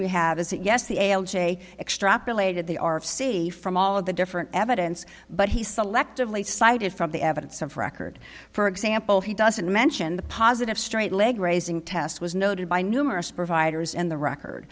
we have is that yes the algae extrapolated they are of c from all of the different evidence but he selectively cited from the evidence of record for example he doesn't mention the positive straight leg raising test was noted by numerous providers in the record